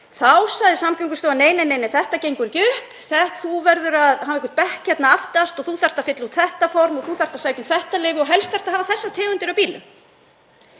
Þá sagði Samgöngustofa: Nei, þetta gengur ekki upp, þú verður að hafa einhvern bekk hérna aftast og þú þarft að fylla út þetta form og þú þarft að sækja um þetta leyfi og helst þarftu að hafa þessa tegund af bílum.